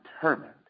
determined